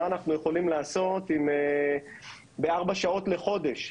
מה אנחנו יכולים לעשות בארבע שעות לחודש?